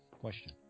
question